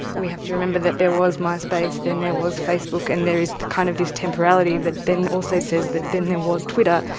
we have to remember that there was myspace, then there was facebook and there is this kind of this temporality that then also says that then there was twitter,